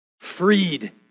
Freed